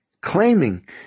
claiming